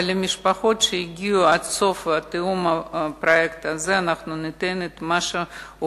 אבל למשפחות שהגיעו עד סוף הפרויקט הזה אנחנו ניתן את מה שהובטח.